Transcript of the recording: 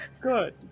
Good